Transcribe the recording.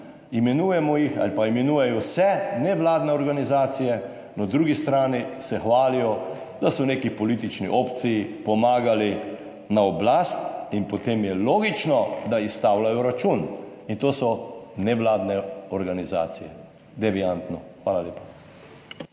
imenujemo jih ali pa imenujejo se nevladne organizacije, na drugi strani se hvalijo, da so neki politični opciji pomagali na oblast in potem je logično, da izstavljajo račun in to so nevladne organizacije deviantno. Hvala lepa.